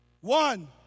One